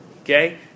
Okay